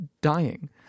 dying